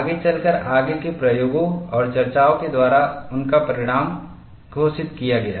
आगे चलकर आगे के प्रयोगों और चर्चाओं के द्वारा उनका परिणाम घोषित किया गया